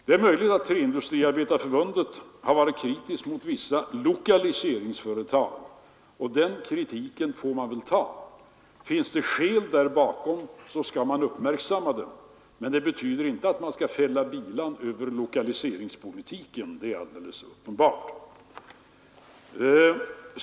Det är möjligt att Träindustriarbetareförbundet har varit kritiskt mot vissa lokaliseringsföretag, och den kritiken får man väl ta. Finns det skäl där bakom, så skall man uppmärksamma dem, men det betyder inte att man skall fälla bilan över lokaliseringspolitiken, det är alldeles uppenbart.